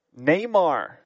Neymar